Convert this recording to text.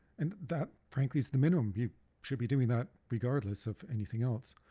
and that, frankly, is the minimum, you should be doing that regardless of anything else.